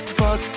fuck